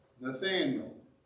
Nathaniel